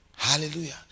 Hallelujah